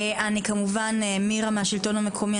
כמובן מירה מהשלטון המקומי,